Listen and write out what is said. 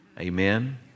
Amen